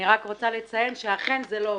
אני רוצה לציין שאכן זה לא עובר.